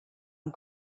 and